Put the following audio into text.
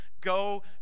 Go